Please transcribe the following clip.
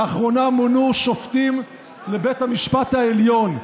לאחרונה מונו שופטים לבית המשפט העליון,